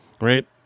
right